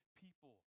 people